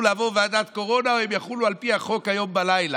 לעבור ועדת קורונה או שהן יחולו על פי החוק היום בלילה,